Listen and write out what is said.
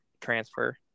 transfer